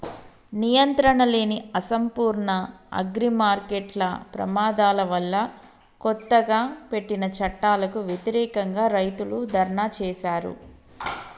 నియంత్రణలేని, అసంపూర్ణ అగ్రిమార్కెట్ల ప్రమాదాల వల్లకొత్తగా పెట్టిన చట్టాలకు వ్యతిరేకంగా, రైతులు ధర్నా చేశారు